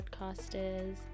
podcasters